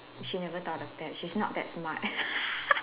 she never thought of that she's not that smart